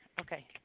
Okay